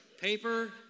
Paper